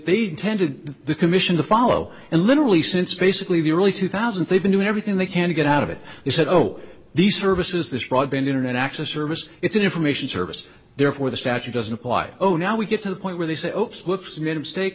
they tended the commission to follow and literally since basically the early two thousand they've been doing everything they can to get out of it he said oh these services this broadband internet access service it's an information service therefore the statute doesn't apply oh now we get to the point where they say oh slips made a mistake